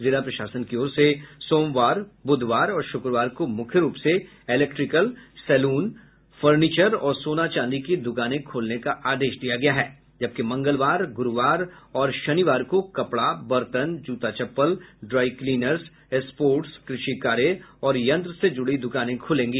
जिला प्रशासन की ओर से सोमवार बुधवार और शुक्रवार को मुख्य रूप से इलेक्ट्रिकल सैलून फर्निचर और सोना चांदी की दुकाने खोलने का आदेश दिया गया हैं जबकि मंगलवार गुरूवार और शनिवार को कपड़ा बर्तन जूता चप्पल ड्राई क्लीनर्स स्पोटर्स कृषि कार्य और यंत्र से जुड़ी दुकानें खुलेगी